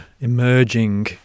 emerging